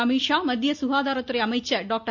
அமித்ஷா மத்திய சுகாதார குறை அமைச்சர் டாக்டர்